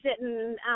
sitting